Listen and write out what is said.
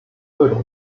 各种